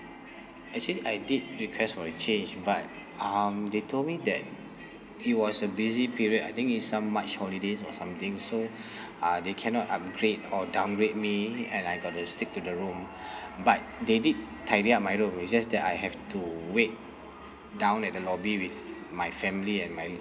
actually I did request for a change but um they told me that it was a busy period I think it's some march holidays or something so uh they cannot upgrade or downgrade me and I got to stick to the room but they did tidy up my room it's just that I have to wait down at the lobby with my family and my